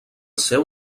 seu